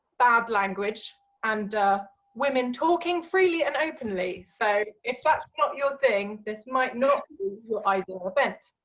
bad language and women talking freely and openly, so if that's not your thing this might not be your ideal event.